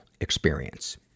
experience